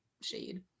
shade